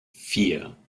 vier